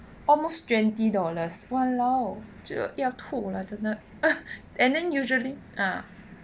almost twenty dollars !walao! 就要吐了真的 and then usually